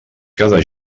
cada